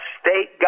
state